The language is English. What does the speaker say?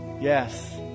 Yes